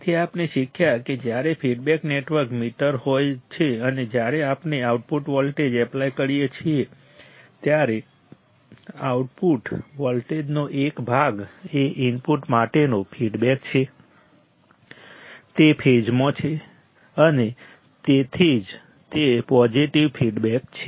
તેથી આપણે શીખ્યા કે જ્યારે ફીડબેક નેટવર્ક મીટર હોય છે અને જ્યારે આપણે આઉટપુટ વોલ્ટેજ એપ્લાય કરીએ છીએ ત્યારે આઉટપુટ વોલ્ટેજનો એક ભાગ એ ઇનપુટ માટેનો ફીડબેક છે તે ફેઝમાં છે અને તેથી જ તે પોઝિટિવ ફીડબેક છે